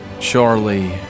Charlie